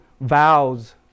vows